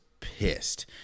pissed